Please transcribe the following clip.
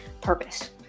purpose